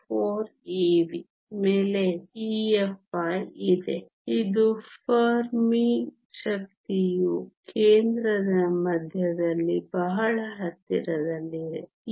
54 eV ಮೇಲೆ EFi ಇದು Fermi ಶಕ್ತಿಯು ಕೇಂದ್ರದ ಮಧ್ಯದಲ್ಲಿ ಬಹಳ ಹತ್ತಿರದಲ್ಲಿದೆ